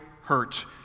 hurt